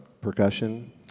percussion